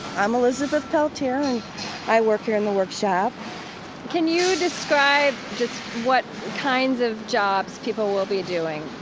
i'm elizabeth peltier and i work here in the workshop can you describe just what kinds of jobs people will be doing?